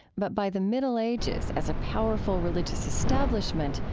but by the middle ages, as a powerful religious establishment,